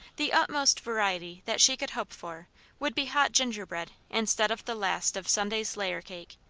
the utmost variety that she could hope for would be hot gingerbread instead of the last of sunday's layer-cake,